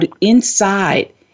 inside